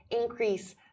increase